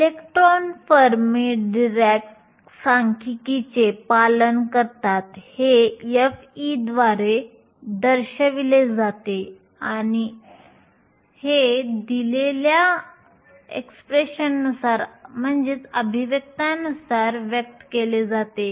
electron Fermi Dirac सांख्यिकीचे पालन करतात हे f द्वारे दर्शविले जाते आणि fE11Aexp EkBT असे व्यक्त केले जाते